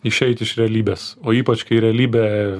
išeiti iš realybės o ypač kai realybė